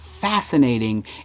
fascinating